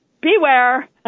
beware